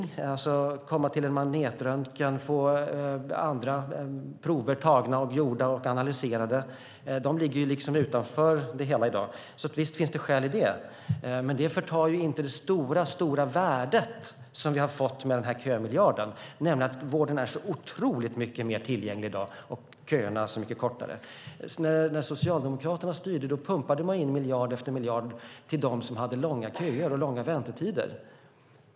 Det handlar alltså om att komma till en magnetröntgen och få andra prover tagna, gjorda och analyserade. Detta ligger liksom utanför det hela i dag. Visst finns det sådana skäl. Men det förtar inte det stora värde som vi har fått med den här kömiljarden, nämligen att vården är mycket mer tillgänglig i dag och att köerna är mycket kortare. När Socialdemokraterna styrde pumpade man in miljard efter miljard till dem som hade långa köer och långa väntetider.